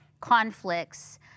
conflicts